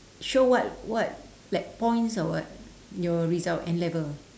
show what what like points or what your result N-level